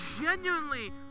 genuinely